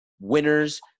winners